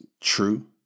true